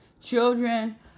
Children